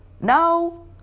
no